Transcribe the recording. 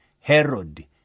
Herod